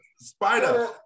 spider